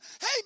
Hey